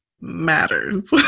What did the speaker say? matters